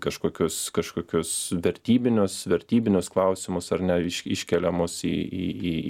kažkokius kažkokius vertybinius vertybinius klausimus ar ne iš iškeliamus į į į